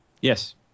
Yes